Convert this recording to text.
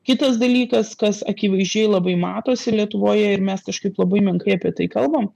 kitas dalykas kas akivaizdžiai labai matosi lietuvoje ir mes kažkaip labai menkai apie tai kalbam